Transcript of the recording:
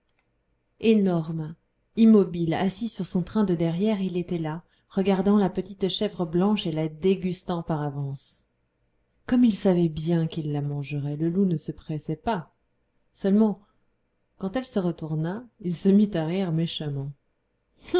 énorme immobile assis sur son train de derrière il était là regardant la petite chèvre blanche et la dégustant par avance comme il savait bien qu'il la mangerait le loup ne se pressait pas seulement quand elle se retourna il se mit à rire méchamment